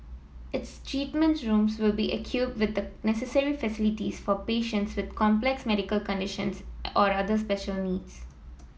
its treatment rooms will be equipped with the necessary facilities for patients with complex medical conditions or other special needs